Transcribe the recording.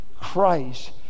Christ